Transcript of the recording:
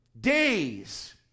days